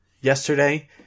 yesterday